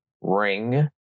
Ring